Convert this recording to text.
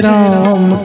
Ram